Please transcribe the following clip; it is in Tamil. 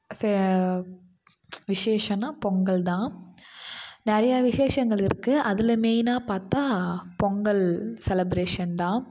சே விஷேஷன்னா பொங்கல் தான் நிறைய விஷேஷங்கள் இருக்குது அதில் மெயினாக பார்த்தா பொங்கல் செலப்ரேஷன் தான்